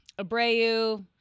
Abreu